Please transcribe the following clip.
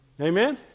Amen